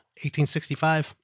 1865